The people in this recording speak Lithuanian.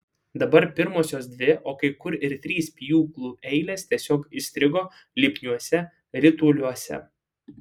dabar pirmosios dvi o kai kur ir trys pjūklų eilės tiesiog įstrigo lipniuose rituliuose